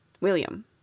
William